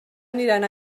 aniran